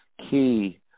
key